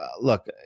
look